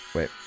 Wait